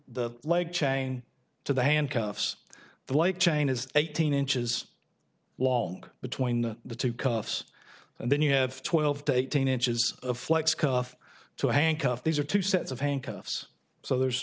the leg chain to the handcuffs the light chain is eighteen inches long between the two cuffs and then you have twelve to eighteen inches of flex cuff to hank of these are two sets of handkerchiefs so there's